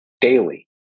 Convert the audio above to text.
daily